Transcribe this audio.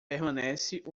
permanece